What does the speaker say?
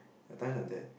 at times like that